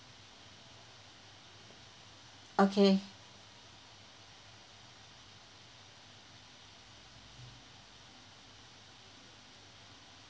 okay